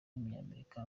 w’umunyamerika